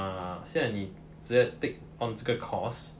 ah 现在你直接 take on 这个 course